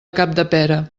capdepera